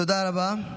תודה רבה.